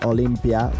Olympia